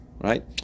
Right